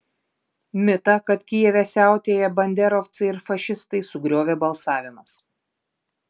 mitą kad kijeve siautėja banderovcai ir fašistai sugriovė balsavimas